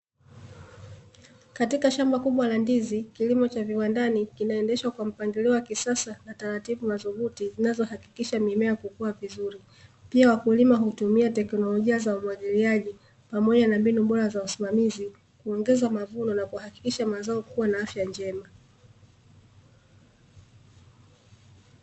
Katika shamba kubwa la ndizi, kilimo cha viwandani kinaendehswa kwa mpangilio wa kisasa na taratibu madhubuti zinazohakikisha mimea hukua vizuri. Pia wakulima hutumia teknolojia za umwagiliaji pamoja na mbinu bora za usimamizi kuongeza mavuno, na kuhakikisha mazao yana afya njema.